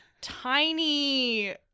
tiny